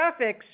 graphics